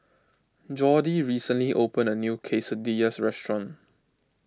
Jordy recently opened a new Quesadillas restaurant